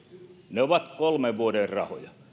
ne ovat kolmen vuoden rahoja